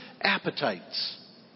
appetites